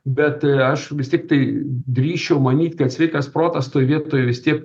bet aš vis tiktai drįsčiau manyt kad sveikas protas toj vietoj vis tiek